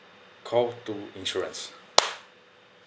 call two insurance